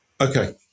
Okay